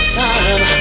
time